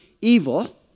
evil